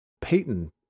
Peyton